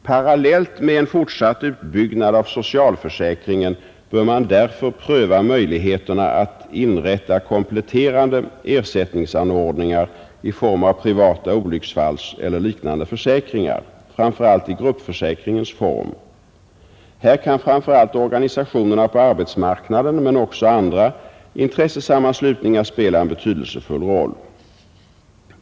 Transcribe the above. Parallellt med en fortsatt utbyggnad av socialförsäkringen bör man därför pröva möjligheterna att inrätta kompletterande ersättningsanordningar i form av privata olycksfallseller liknande försäkringar, framför allt i gruppförsäkringens form. Här kan framför allt organisationerna på arbetsmarknaden men även andra intressesammanslutningar spela en betydelsefull roll.